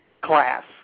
class